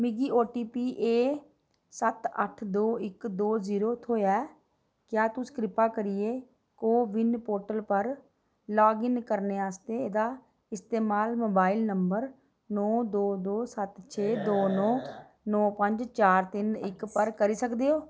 मिगी ओटीपी ऐ सत्त अट्ठ दो इक दो जीरो थ्होआ ऐ क्या तुस कृपा करियै को विन पोर्टल पर लाग इन करने आस्तै एह्दा इस्तेमाल मोबाइल नंबर नो दो दो सत्त छे दो नो पंज चार सत्त इक पर करी सकदे ओ